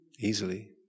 easily